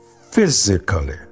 physically